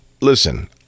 listen